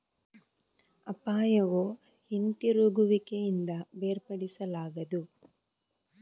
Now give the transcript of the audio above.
ಅಪಾಯವು ಹಿಂತಿರುಗುವಿಕೆಯಿಂದ ಬೇರ್ಪಡಿಸಲಾಗದು